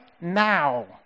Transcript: now